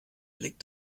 blick